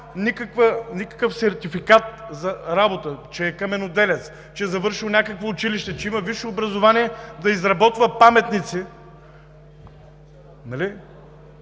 никакъв сертификат за работа, че е каменоделец, че е завършил някакво училище, че има висше образование и може да изработва паметници, преди